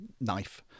knife